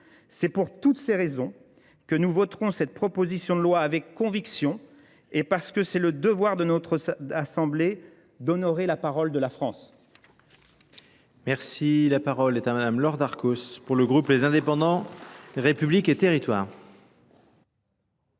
C'est pour toutes ces raisons que nous voterons cette proposition de loi avec conviction et parce que c'est le devoir de notre assemblée d'honorer la parole de la France. Merci, la parole est à madame Laura Darkos pour le groupe Les Indépendants, République et territoire.